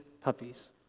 puppies